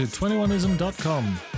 21ism.com